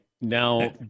Now